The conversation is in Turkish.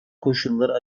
koşulları